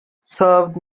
served